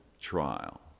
trial